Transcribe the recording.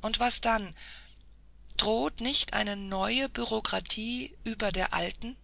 und was dann droht nicht eine neue bürokratie über der alten